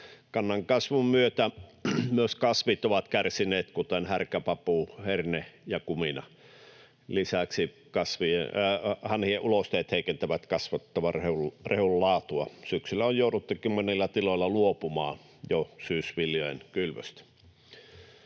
Kannan kasvun myötä myös kasvit ovat kärsineet, kuten härkäpapu, herne ja kumina. Lisäksi hanhien ulosteet heikentävät kasvatettavan rehun laatua. Syksyllä on jouduttu kymmenillä tiloilla luopumaan jo syysviljojen kylvöstä.